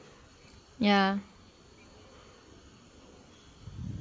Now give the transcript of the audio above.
ya